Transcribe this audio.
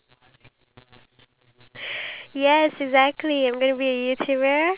thought of the songs for the vlog itself